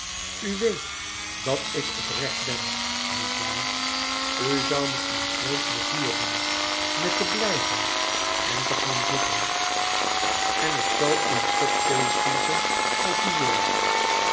weet dat ik oprecht ben niet waar u zoû me een groot pleizier doen met te blijven en te gaan zitten en ik zal u een kop thee schenken als u wil